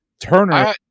Turner